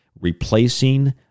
replacing